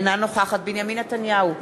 אינה נוכחת בנימין נתניהו,